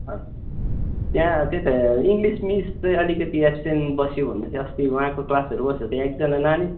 हवस् त्यहाँ त्यही त इङ्गलिस मिस चाहिँ अलिकति एब्सेन्ट बस्यो भन्दै थियो अस्ति उहाँको क्लासहरू कस्तो त्यो एकजना नानी